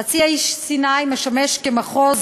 חצי האי סיני משמש מחוז